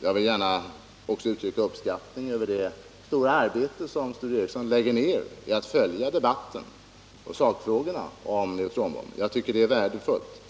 Jag vill gärna uttrycka min uppskattning över det stora arbete som Sture Ericson lägger ned på att följa debatten om sakfrågorna när det gäller neutronbomben. Det är värdefullt.